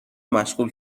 مشغول